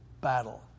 battle